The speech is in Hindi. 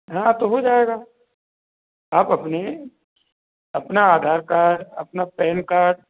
हाँ तो हो जाएगा आप अपनी अपना आधार कार्ड अपना पैन कार्ड